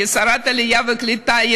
כשרת העלייה והקליטה,